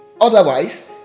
Otherwise